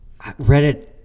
Reddit